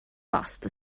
bost